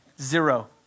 Zero